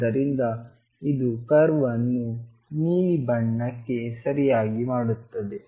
ಆದ್ದರಿಂದ ಇದು ಕರ್ವ್ ಅನ್ನು ಈ ನೀಲಿ ಬಣ್ಣಕ್ಕೆ ಸರಿಯಾಗಿ ಮಾಡುತ್ತದೆ